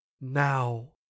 NOW